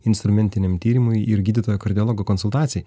instrumentiniam tyrimui ir gydytojo kardiologo konsultacijai